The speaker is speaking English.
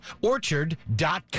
Orchard.com